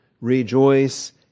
Rejoice